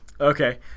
Okay